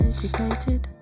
Educated